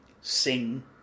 sing